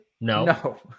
No